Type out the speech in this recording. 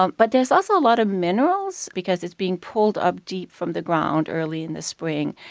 um but there's also a lot of minerals, because it's being pulled up deep from the ground early in the spring,